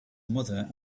mother